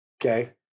Okay